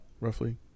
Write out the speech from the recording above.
Roughly